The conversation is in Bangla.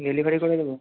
ডেলিভারি করে দেব